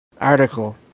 article